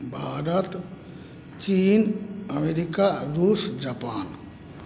भारत चीन अमेरिका रूस जापान